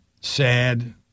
sad